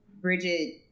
Bridget